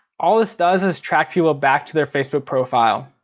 all this does is track people back to their facebook profile.